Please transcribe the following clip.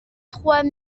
trois